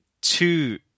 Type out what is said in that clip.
two